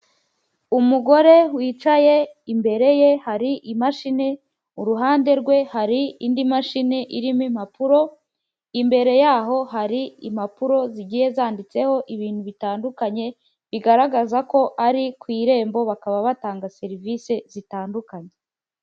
Umugore wicaye imbere ye hari imashini uruhande rwe hari indi mashini irimo impapuro, imbere yaho hari impapuro zigiye zanditseho ibintu bitandukanye bigaragaza ko ari ku irembo bakaba batanga serivisi zitandukanye.